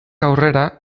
aurrera